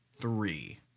three